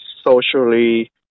socially